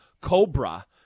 Cobra